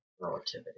relativity